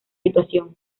situación